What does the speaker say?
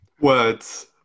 words